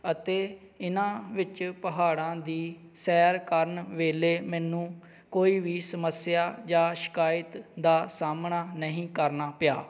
ਅਤੇ ਇਹਨਾਂ ਵਿੱਚ ਪਹਾੜਾਂ ਦੀ ਸੈਰ ਕਰਨ ਵੇਲੇ ਮੈਨੂੰ ਕੋਈ ਵੀ ਸਮੱਸਿਆ ਜਾਂ ਸ਼ਿਕਾਇਤ ਦਾ ਸਾਹਮਣਾ ਨਹੀਂ ਕਰਨਾ ਪਿਆ